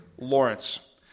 Lawrence